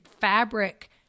fabric